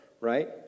right